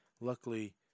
luckily